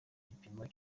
igipimo